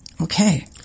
Okay